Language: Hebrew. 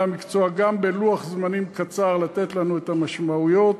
המקצוע גם בלוח-זמנים קצר לתת לנו את המשמעויות,